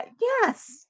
yes